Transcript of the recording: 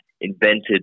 invented